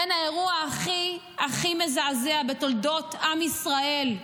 האירוע הכי הכי מזעזע בתולדות עם ישראל,